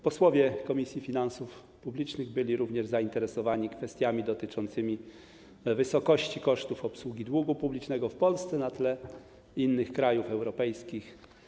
Posłowie Komisji Finansów Publicznych byli również zainteresowani kwestiami dotyczącymi wysokości kosztów obsługi długu publicznego w Polsce na tle innych krajów europejskich.